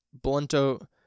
blunto